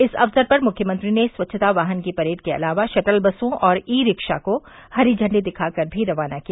इस अवसर पर मुख्यमंत्री ने स्वच्छता वाहन की परेड के अलावा शटल बसों और ई रिक्शा को हरी झण्डी दिखाकर भी रवाना किया